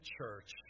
church